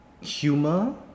humor